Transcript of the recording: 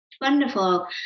wonderful